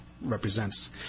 represents